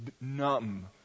numb